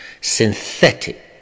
synthetic